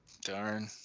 Darn